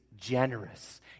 generous